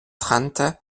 trente